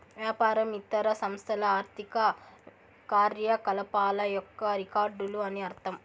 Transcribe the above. వ్యాపారం ఇతర సంస్థల ఆర్థిక కార్యకలాపాల యొక్క రికార్డులు అని అర్థం